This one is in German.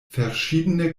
verschiedene